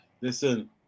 Listen